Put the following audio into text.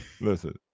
listen